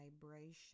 vibration